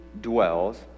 dwells